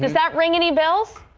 that ring any bells.